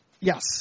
Yes